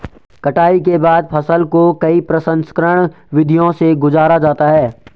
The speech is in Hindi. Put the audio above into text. कटाई के बाद फसल को कई प्रसंस्करण विधियों से गुजारा जाता है